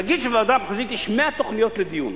נגיד שבוועדה המחוזית יש 100 תוכניות לדיון,